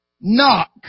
Knock